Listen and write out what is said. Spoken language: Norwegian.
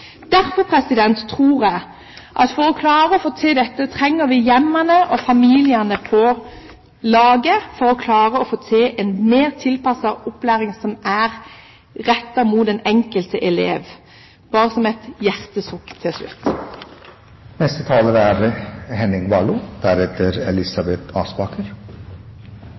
Derfor tror jeg at for å klare å få til dette og få til en mer tilpasset opplæring som er rettet mot den enkelte elev, trenger vi hjemmene og familiene med på laget – bare som et hjertesukk til slutt. Dette er